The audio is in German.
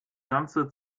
ganze